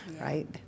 right